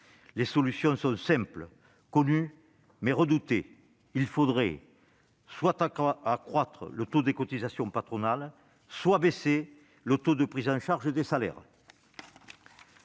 Les solutions sont simples, connues, mais redoutées : il faudrait soit accroître le taux de cotisation patronale, soit baisser le taux de prise en charge des salaires.